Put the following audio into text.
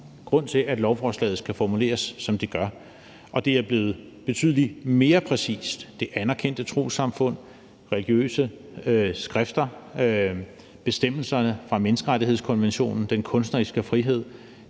grund til, at lovforslaget skal formuleres, som det er blevet, og det er blevet betydelig mere præcist. Det om anerkendte trossamfund, religiøse skrifter, bestemmelserne fra menneskerettighedskonventionen og den kunstneriske frihed